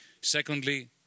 Secondly